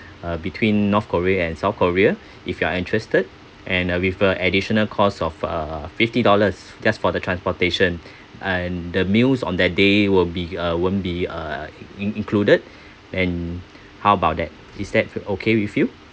uh between north korea and south korea if you are interested and uh with a additional cost of uh fifty dollars just for the transportation and the meals on that day will be uh won't be uh in~ included and how about that is that okay with you